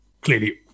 Clearly